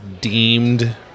deemed